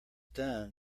done